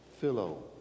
Philo